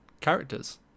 characters